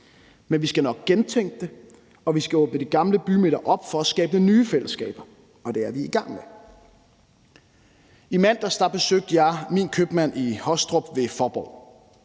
Men vi skal nok gentænke det, og vi skal åbne de gamle bymidter op for at skabe nye fællesskaber, og det er vi i gang med. I mandags besøgte jeg Min Købmand i Håstrup ved Faaborg.